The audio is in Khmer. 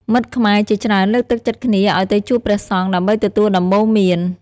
មិត្តខ្មែរជាច្រើនលើកទឹកចិត្តគ្នាឲ្យទៅជួបព្រះសង្ឃ ដើម្បីទទួលដំបូន្មាន។